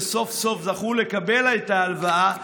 שסוף-סוף זכו לקבל את ההלוואה,